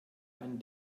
ein